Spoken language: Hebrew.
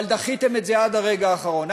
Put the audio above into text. אבל דחיתם את זה עד הרגע האחרון,